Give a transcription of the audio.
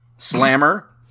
Slammer